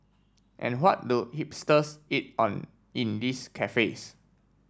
and what do hipsters eat on in these cafes